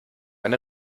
eine